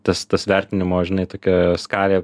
tas tas vertinimo žinai tokia skalė